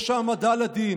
יש העמדה לדין.